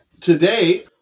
Today